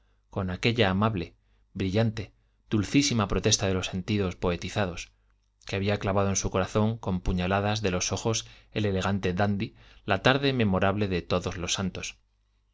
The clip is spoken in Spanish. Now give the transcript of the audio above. con aquella amable brillante dulcísima protesta de los sentidos poetizados que había clavado en su corazón con puñaladas de los ojos el elegante dandy la tarde memorable de todos los santos